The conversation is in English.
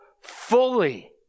fully